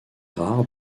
rare